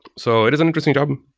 so it is an interesting job.